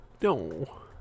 No